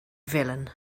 villain